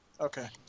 Okay